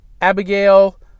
Abigail